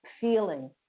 feeling